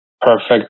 perfect